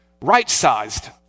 right-sized